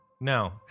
No